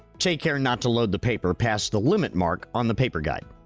take care not to load the paper past the limit mark on the paper guide.